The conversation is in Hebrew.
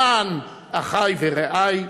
למען אחי ורעי,